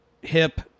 hip